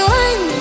one